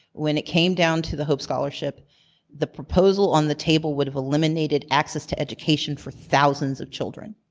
when it came down to the hope scholarship the proposal on the table would've eliminated access to education for thousands of children.